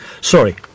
sorry